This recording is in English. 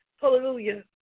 Hallelujah